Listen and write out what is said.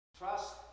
trust